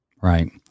Right